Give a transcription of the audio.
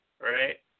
right